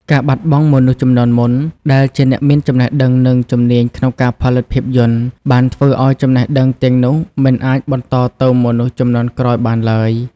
ការបាត់បង់ មនុស្សជំនាន់មុន ដែលជាអ្នកមានចំណេះដឹង និងជំនាញក្នុងការផលិតភាពយន្ត បានធ្វើឲ្យចំណេះដឹងទាំងនោះមិនអាចបន្តទៅមនុស្សជំនាន់ក្រោយបានឡើយ។